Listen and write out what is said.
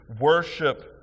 worship